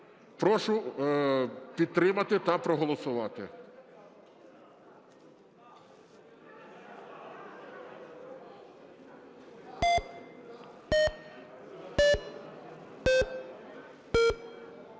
Прошу підтримати та проголосувати.